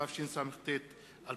התשס"ט 2009,